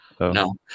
No